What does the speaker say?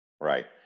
Right